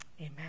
amen